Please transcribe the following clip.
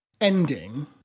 ending